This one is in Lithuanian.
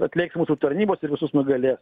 atlėks mūsų tarnybos ir visus nugalės